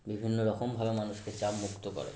বিভিন্ন রকমভাবে মানুষকে চাপমুক্ত করে